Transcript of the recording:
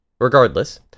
Regardless